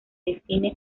define